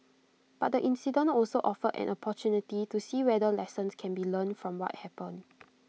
but the incident also offered an opportunity to see whether lessons can be learned from what happened